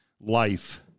life